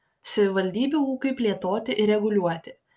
savivaldybių ūkiui plėtoti ir reguliuoti